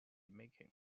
making